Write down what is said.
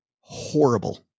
horrible